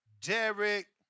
Derek